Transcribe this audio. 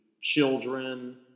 children